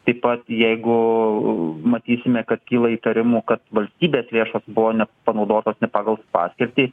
taip pat jeigu matysime kad kyla įtarimų kad valstybės lėšos buvo ne panaudotos ne pagal paskirtį